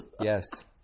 Yes